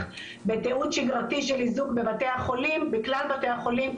בתיעוד שגרתי של איזוק בכלל בתי החולים,